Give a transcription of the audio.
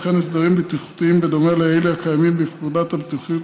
וכן הסדרים בטיחותיים בדומה לאלה הקיימים בפקודת הבטיחות